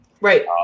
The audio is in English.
Right